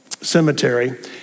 cemetery